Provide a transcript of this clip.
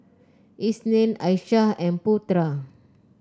Isnin Aishah and Putra